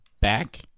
back